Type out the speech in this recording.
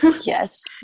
yes